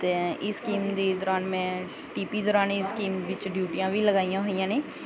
ਅਤੇ ਇਹ ਸਕੀਮ ਦੀ ਦੌਰਾਨ ਮੈਂ ਪੀ ਪੀ ਦੌਰਾਨ ਇਹ ਸਕੀਮ ਵਿੱਚ ਡਿਊਟੀਆਂ ਵੀ ਲਗਾਈਆਂ ਹੋਈਆਂ ਨੇ